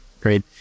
Great